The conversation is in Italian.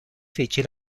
fece